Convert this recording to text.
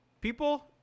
People